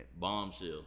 Bombshell